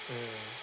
mm